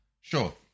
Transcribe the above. Sure